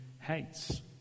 hates